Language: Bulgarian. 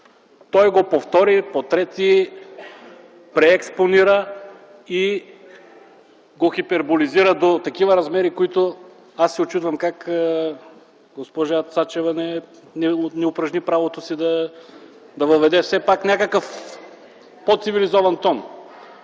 Той го повтори, потрети, преекспонира и го хиперболизира до такива размери, които… Аз се учудвам как госпожа Цачева не упражни правото си да въведе все пак някакъв по-цивилизован тон.